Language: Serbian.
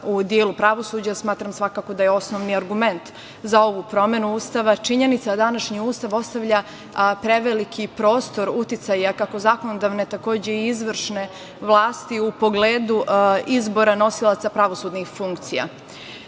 u delu pravosuđa, smatram svakako da je osnovni argument za ovu promenu Ustava činjenica da današnji Ustav ostavlja preveliki prostor uticaja kako zakonodavne, takođe i izvršne vlasti u pogledu izbora nosilaca pravosudnih funkcija. Kada